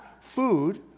food